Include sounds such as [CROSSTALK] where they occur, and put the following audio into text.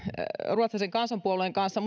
ruotsalaisen kansanpuolueen kanssa [UNINTELLIGIBLE]